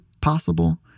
possible